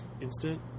Instant